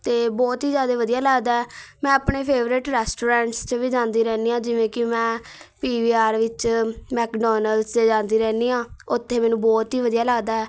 ਅਤੇ ਬਹੁਤ ਹੀ ਜ਼ਿਆਦਾ ਵਧੀਆ ਲੱਗਦਾ ਹੈ ਮੈਂ ਆਪਣੇ ਫੇਵਰੇਟ ਰੈਸਟੋਰੈਂਟਸ 'ਚ ਵੀ ਜਾਂਦੀ ਰਹਿੰਦੀ ਹਾਂ ਜਿਵੇਂ ਕਿ ਮੈਂ ਪੀ ਵੀ ਆਰ ਵਿੱਚ ਮੈਕਡੋਨਲਸ ਜਾਂਦੀ ਰਹਿੰਦੀ ਹਾਂ ਉੱਥੇ ਮੈਨੂੰ ਬਹੁਤ ਹੀ ਵਧੀਆ ਲੱਗਦਾ ਹੈ